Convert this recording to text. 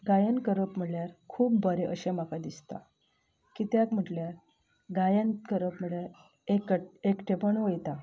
गायन करप म्हळ्यार खूब बरें अशें म्हाका दिसता कित्याक म्हटल्यार गायन करप म्हटल्यार एक एकटेपण वता